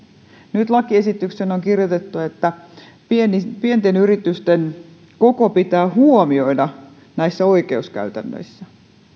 nyt lakiesitykseen on kirjoitettu että pienten pienten yritysten koko pitää huomioida oikeuskäytännössä